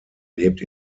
lebt